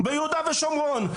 ביהודה ושומרון,